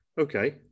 okay